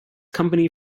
company